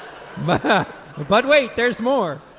but but wait there's more.